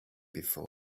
before